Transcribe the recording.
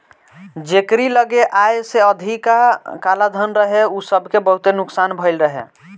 जेकरी लगे आय से अधिका कालाधन रहे उ सबके बहुते नुकसान भयल रहे